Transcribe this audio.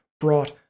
brought